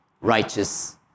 righteous